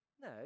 No